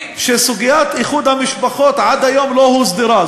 שסוגיית איחוד המשפחות אצלן עד היום לא הוסדרה.